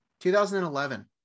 2011